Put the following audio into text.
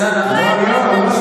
שעבדנו קשה כדי שאתה תהיה בקואליציה?